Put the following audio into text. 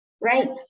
right